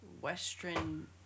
western